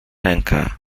ręka